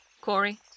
Corey